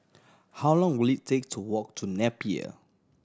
how long will it take to walk to Napier